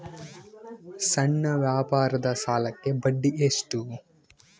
ಸಣ್ಣ ವ್ಯಾಪಾರದ ಸಾಲಕ್ಕೆ ಬಡ್ಡಿ ಎಷ್ಟು?